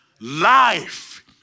Life